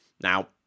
Now